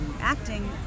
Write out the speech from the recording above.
acting